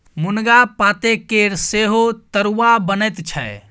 मुनगा पातकेर सेहो तरुआ बनैत छै